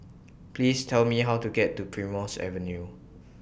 Please Tell Me How to get to Primrose Avenue